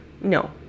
no